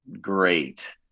great